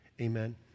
Amen